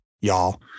Y'all